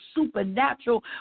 supernatural